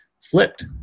flipped